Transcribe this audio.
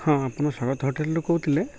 ହଁ ଆପଣ ଶରତ ହୋଟେଲ୍ରୁ କହୁଥିଲେ